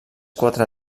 quatre